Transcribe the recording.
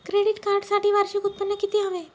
Credit कार्डसाठी वार्षिक उत्त्पन्न किती हवे?